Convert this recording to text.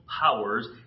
powers